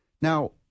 Now